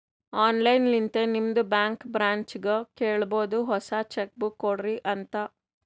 online ಲಿಂತೆ ನಿಮ್ದು bank ಬ್ರ್ಯಾಂಚ್ಗ ಕೇಳಬೋದು ಹೊಸಾ ಚೆಕ್ ಬುಕ್ ಕೊಡ್ರಿ ಅಂತ್